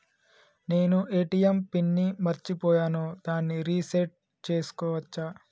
నేను ATM PIN ని మరచిపోయాను దాన్ని రీ సెట్ చేసుకోవచ్చా?